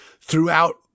throughout